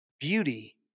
Beauty